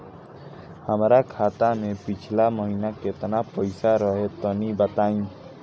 हमरा खाता मे पिछला महीना केतना पईसा रहे तनि बताई?